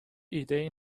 ایدهای